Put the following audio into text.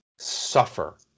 suffer